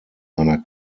einer